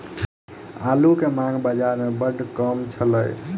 आड़ू के मांग बाज़ार में बड़ कम छल